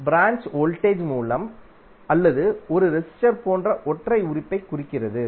branch voltage மூலம் அல்லது ஒரு ரெசிஸ்டர் போன்ற ஒற்றை உறுப்பைக் குறிக்கிறது